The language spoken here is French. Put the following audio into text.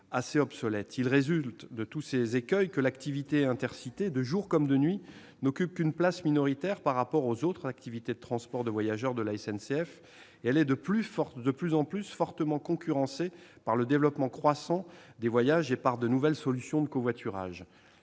assez obsolète. Il résulte de tous ces écueils que l'activité Intercités, de jour comme de nuit, n'occupe qu'une place minoritaire par rapport aux autres activités de transport de voyageurs de la SNCF. Elle est de plus en plus fortement concurrencée par le développement croissant des voyages et par de nouvelles solutions de covoiturage.